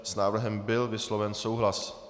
S návrhem byl vysloven souhlas.